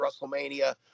WrestleMania